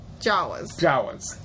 Jawas